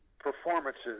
performances